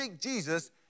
Jesus